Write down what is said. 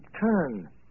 turn